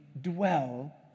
dwell